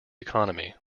economy